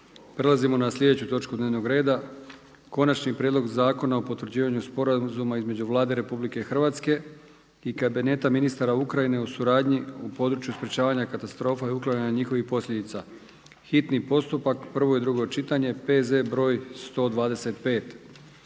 Hrvatskog dana osviještenosti o debljini i Konačni prijedlog Zakona o potvrđivanju Sporazuma između Vlade Republike Hrvatske i kabineta ministara Ukrajine o suradnji u području sprječavanja katastrofa i uklanjanja njihovih posljedica. Dakle prelazimo na točku dnevnog reda: